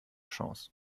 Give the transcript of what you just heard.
chance